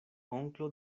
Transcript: onklo